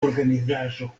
organizaĵo